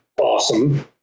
awesome